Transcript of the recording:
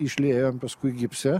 išliejom paskui gipse